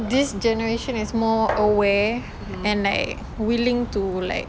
this generation is more aware and like willing to like